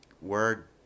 word